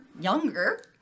younger